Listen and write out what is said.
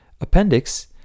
appendix